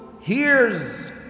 hears